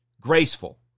Graceful